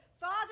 Father